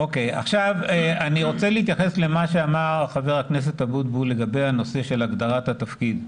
אני רוצה להתייחס למה שאמר ח"כ אבוטבול לגבי נושא הגדרת התפקיד.